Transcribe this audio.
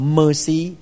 mercy